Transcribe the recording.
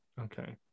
Okay